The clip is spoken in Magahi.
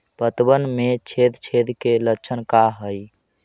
पतबन में छेद छेद के लक्षण का हइ?